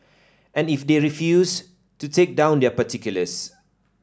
and if they refuse to take down their particulars